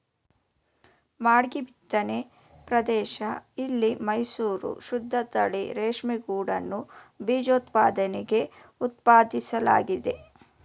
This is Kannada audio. ಮಾಗ್ಡಿ ಬಿತ್ತನೆ ಪ್ರದೇಶ ಇಲ್ಲಿ ಮೈಸೂರು ಶುದ್ದತಳಿ ರೇಷ್ಮೆಗೂಡನ್ನು ಬೀಜೋತ್ಪಾದನೆಗೆ ಉತ್ಪಾದಿಸಲಾಗ್ತಿದೆ